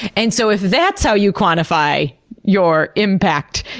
and so if that's how you quantify your impact,